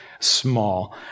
Small